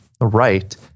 right